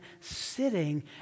sitting